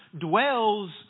dwells